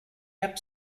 app